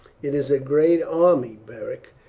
it is a great army, beric,